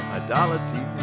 idolatry